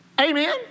Amen